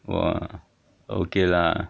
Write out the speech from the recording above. !wah! okay lah